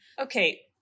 Okay